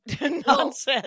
nonsense